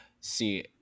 See